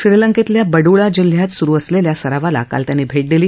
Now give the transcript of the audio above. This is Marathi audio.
श्रीलंकेतल्या बडूळा जिल्ह्यात सुरु असलेल्या सरावाला काल त्यांनी भेट दिली